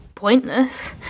Pointless